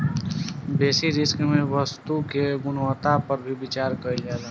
बेसि रिस्क में वस्तु के गुणवत्ता पर भी विचार कईल जाला